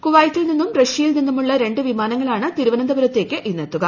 കുവൈറ്റിൽ നിന്നും റഷ്യയിൽ നിന്നുമുള്ള രണ്ട് വിമാനങ്ങളാണ് തിരുവനന്തപുരത്തേക്ക് ഇന്ന് എത്തുക